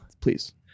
Please